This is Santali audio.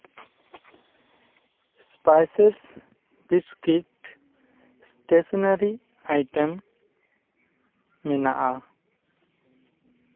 ᱮᱥᱯᱟᱭᱥᱮᱥ ᱵᱤᱥᱠᱤᱴ ᱮᱥᱴᱮᱥᱚᱱᱟᱨᱤ ᱟᱭᱴᱮᱢ ᱢᱮᱱᱟᱜᱼᱟ ᱢᱮᱱᱟᱜᱼᱟ